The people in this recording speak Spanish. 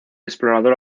explorador